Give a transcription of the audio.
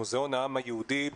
מוזיאון העם היהודי,